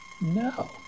No